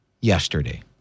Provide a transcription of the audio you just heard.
yesterday